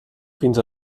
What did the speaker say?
fins